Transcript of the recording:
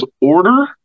order